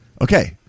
Okay